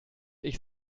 ich